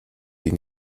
die